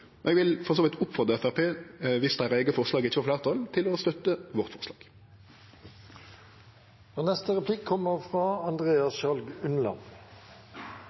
Eg vil for så vidt oppfordre Framstegspartiet, dersom deira eige forslag ikkje får fleirtal, til å støtte vårt forslag.